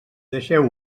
deixeu